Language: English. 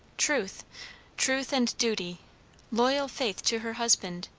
truth truth and duty loyal faith to her husband,